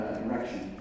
direction